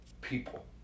people